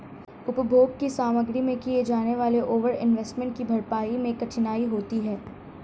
उपभोग की सामग्री में किए जाने वाले ओवर इन्वेस्टमेंट की भरपाई मैं कठिनाई होती है